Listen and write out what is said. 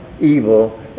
evil